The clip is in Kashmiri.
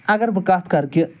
اَگر بہٕ کَتھ کَرٕ کہ